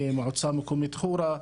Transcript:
ממועצה מקומית חורה,